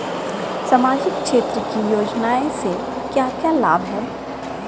सामाजिक क्षेत्र की योजनाएं से क्या क्या लाभ है?